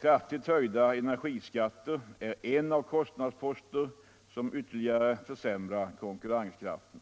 Kraftigt höjda energiskatter är en av de kostnadsposter som ytterligare försämrar konkurrenskraften.